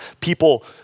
people